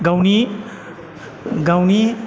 गावनि गावनि